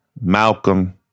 Malcolm